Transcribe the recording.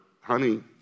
honey